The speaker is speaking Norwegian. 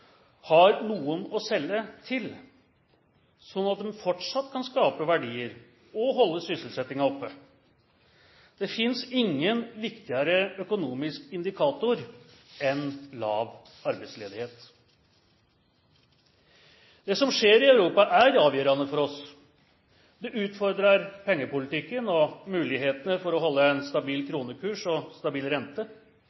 har noen å selge til, slik at de fortsatt kan skape verdier og holde sysselsettingen oppe. Det finnes ingen viktigere økonomisk indikator enn lav arbeidsledighet. Det som skjer i Europa, er avgjørende for oss. Det utfordrer pengepolitikken og muligheten for å holde en stabil